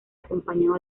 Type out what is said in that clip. acompañado